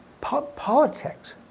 politics